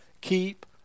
keep